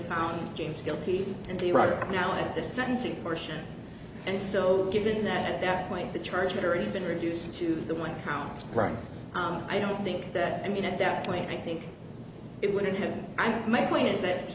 found james guilty and the right now at the sentencing portion and so given that at that point the charges are in been reduced to the one count right i don't think that i mean at that point i think it would have i'm my point is that